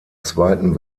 zweiten